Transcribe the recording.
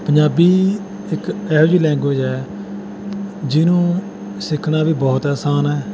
ਪੰਜਾਬੀ ਇੱਕ ਇਹੋ ਜਿਹੀ ਲੈਂਗੂਏਜ ਹੈ ਜਿਹਨੂੰ ਸਿੱਖਣਾ ਵੀ ਬਹੁਤ ਅਸਾਨ ਹੈ